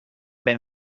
ben